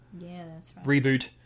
reboot